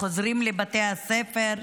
חוזרים לבתי הספר,